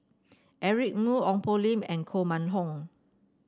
Eric Moo Ong Poh Lim and Koh Mun Hong